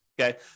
okay